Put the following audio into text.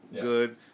good